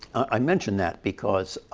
i mention that because